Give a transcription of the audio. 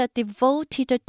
devoted